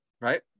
right